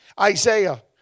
Isaiah